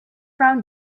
brown